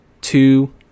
two